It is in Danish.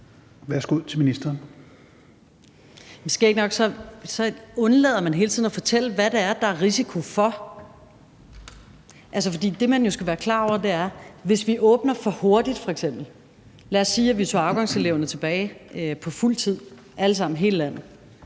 Rosenkrantz-Theil): Skægt nok undlader man hele tiden at fortælle, hvad det er, der er risiko for. For det, man jo skal være klar over, er, hvad der kan ske, hvis vi f.eks. åbner for hurtigt. Lad os sige, at vi tog afgangseleverne tilbage på fuld tid, alle sammen i hele landet,